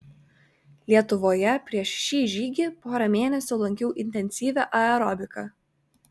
lietuvoje prieš šį žygį porą mėnesių lankiau intensyvią aerobiką